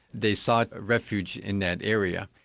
they sought refuge in that area.